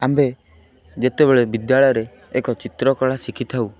ଆମ୍ଭେ ଯେତେବେଳେ ବିଦ୍ୟାଳୟରେ ଏକ ଚିତ୍ରକଳା ଶିଖିଥାଉ